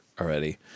already